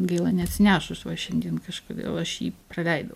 gaila neatsinešus va šiandien kažkodėl aš jį praleidau